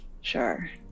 sure